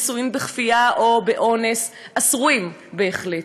נישואים בכפייה או באונס אסורים בהחלט,